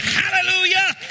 hallelujah